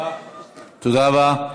תודה רבה.